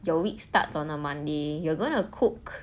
your week starts on a monday you are gonna cook